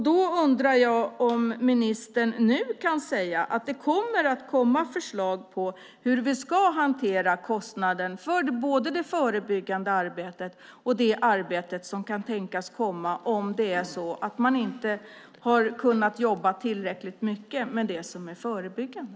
Då undrar jag om ministern nu kan säga att det ska komma förslag om hur vi ska hantera kostnaden för både det förebyggande arbetet och det arbete som kan tänkas komma om man inte har kunnat jobba tillräckligt med det som är förebyggande.